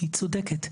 שהיא צודקת,